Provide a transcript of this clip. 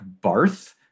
Barth